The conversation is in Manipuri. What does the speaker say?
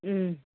ꯎꯝ